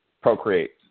procreate